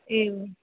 एवं